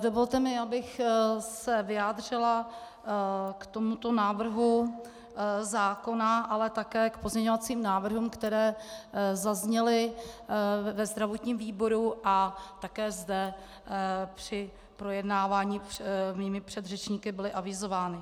Dovolte mi, abych se vyjádřila k tomuto návrhu zákona, ale také k pozměňovacím návrhům, které zazněly ve zdravotním výboru a také zde při projednávání mými předřečníky byly avizovány.